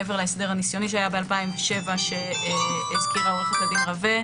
מעבר להסדר הניסיוני שהיה ב-2007 שהזכירה עו"ד רווה,